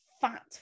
fat